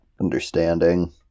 understanding